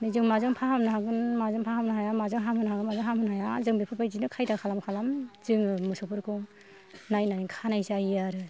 जों माजों फाहामनो हागोन माजों फाहामनो हाया माजों हामहोनो हागोन माजों हामहोनो हाया जों बेफोरबायदिनो खायदा खालाम खालाम जोङो मोसौफोरखौ नायनानै खानाय जायो आरो